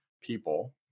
people